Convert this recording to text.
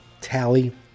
tally